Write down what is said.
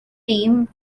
team